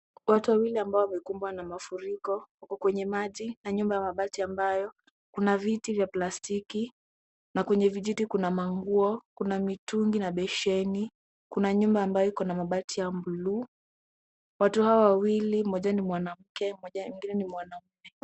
Watu wawili ambao wamekumbwa na mafuriko wako kwenye maji na nyumba ya mabati ambayo kuna viti vya plastiki na kwenye vijiti kuna manguo, kuna mitungi na beseni. Kuna nyumba ambayo iko na mabati ya bluu. Watu hawa wawili mmoja ni mwanamke mwingine ni mwanamume.